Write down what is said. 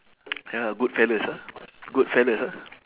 ya lah good fellas ah good fellas ah